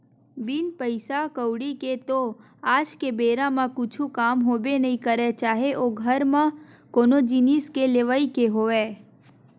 बिन पइसा कउड़ी के तो आज के बेरा म कुछु काम होबे नइ करय चाहे ओ घर म कोनो जिनिस के लेवई के होवय